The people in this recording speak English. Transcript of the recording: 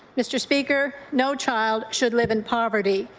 mr. speaker, no child should live in poverty,